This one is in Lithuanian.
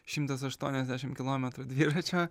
šimtas aštuoniasdešimt kilometrų dviračio